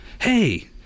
hey